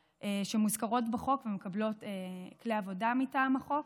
שמוזכרות בחוק ומקבלות כלי עבודה מטעם החוק